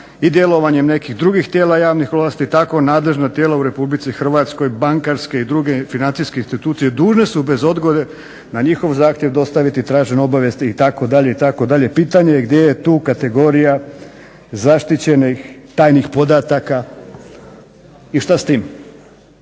i djelovanjem nekih drugih tijela javnih ovlasti, takvo nadležno tijelo u Republici Hrvatskoj bankarske i druge financijske institucije dužne su bez odgode na njihov zahtjev dostaviti tražene obavijesti itd., itd., pitanje je gdje je tu kategorija zaštićenih tajnih podataka i šta s tim.